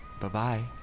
Bye-bye